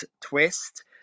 twist